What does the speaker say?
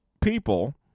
people